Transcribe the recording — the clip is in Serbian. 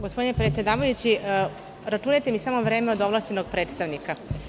Gospodine predsedavajući, računajte mi samo vreme od ovlašćenog predstavnika.